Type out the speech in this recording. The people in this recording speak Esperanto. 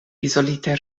izolitaj